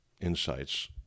insights